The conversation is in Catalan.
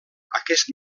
aquest